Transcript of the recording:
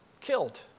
killed